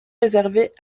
réservées